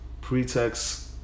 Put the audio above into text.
pretext